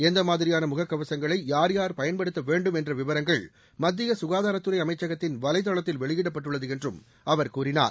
எந்த மாதிரியான முகக்கவசங்களை யார் யார் பயன்படுத்த வேண்டும் என்ற விவரங்கள் மத்திய சுகாதாரத்துறை அமைச்சகத்தின் வலைத்தளத்தில் வெளியிடப்பட்டுள்ளது என்றும் அவர் கூறினார்